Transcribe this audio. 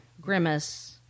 grimace